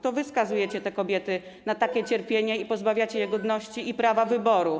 To wy skazujecie te kobiety na takie cierpienie i pozbawiacie je godności i prawa wyboru.